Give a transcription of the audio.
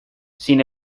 sin